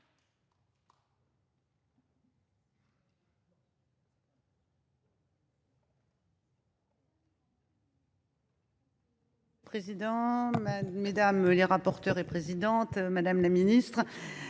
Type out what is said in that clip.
madame la ministre,